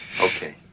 Okay